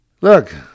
Look